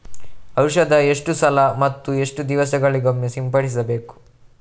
ಔಷಧ ಎಷ್ಟು ಸಲ ಮತ್ತು ಎಷ್ಟು ದಿವಸಗಳಿಗೊಮ್ಮೆ ಸಿಂಪಡಿಸಬೇಕು?